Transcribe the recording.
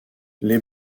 les